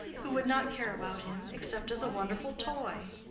who would not care about him except as a wonderful toy.